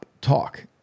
talk